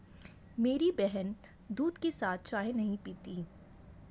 मेरी बहन दूध के साथ चाय नहीं पीती